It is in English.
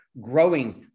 growing